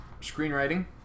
Screenwriting